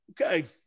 Okay